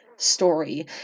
Story